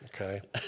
okay